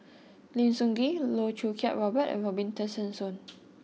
Lim Sun Gee Loh Choo Kiat Robert and Robin Tessensohn